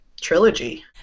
trilogy